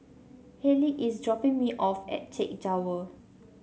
Hayleigh is dropping me off at Chek Jawa